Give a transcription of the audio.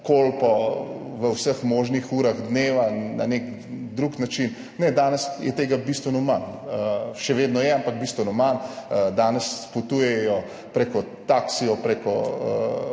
Kolpo, v vseh možnih urah dneva na nek drug način, danes je tega bistveno manj, še vedno je, ampak bistveno manj. Danes potujejo s taksiji,